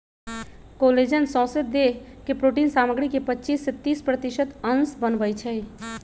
collagen सौसे देह के प्रोटिन सामग्री के पचिस से तीस प्रतिशत अंश बनबइ छइ